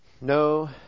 No